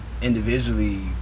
Individually